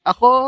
Ako